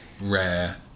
rare